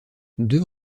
deux